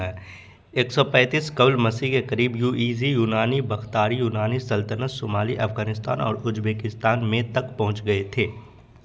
ایک سو پینتیس قبل مسیح کے قریب یوئیزی یونانی بختاری یونانی سلطنت شمالی افغانستان اور ازبکستان میں تک پہنچ گئے تھے